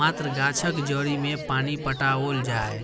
मात्र गाछक जड़ि मे पानि पटाओल जाय